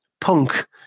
punk